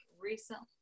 recently